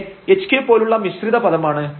ഇവിടെ hk പോലുള്ള മിശ്രിത പദമാണ്